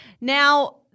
Now